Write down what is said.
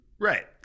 Right